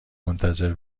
منتظر